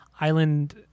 Island